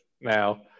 now